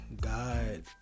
God